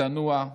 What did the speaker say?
צנוע,